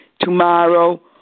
tomorrow